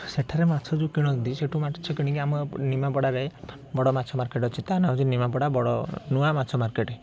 ସେଠାରେ ମାଛ ଯେଉଁ କିଣନ୍ତି ସେଇଠୁ ସେ ମାଛ କିଣିକି ଆମ ନିମାପଡ଼ାରେ ବଡ଼ ମାଛ ମାର୍କେଟ୍ ଅଛି ତା' ନାଁ ହେଉଛି ନିମାପଡ଼ା ବଡ଼ ନୂଆ ମାଛ ମାର୍କେଟ୍